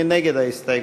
מי נגד ההסתייגות?